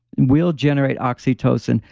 will generate oxytocin,